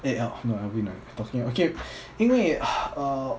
eh al~ no alvin ah we're talking okay 因为 uh